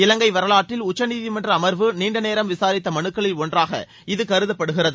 இவங்கை வரவாற்றில் உச்சநீதிமன்ற அமர்வு நீண்டநேரம் விசாரித்த மனுக்களில் ஒன்றாக இது கருதப்படுகிறது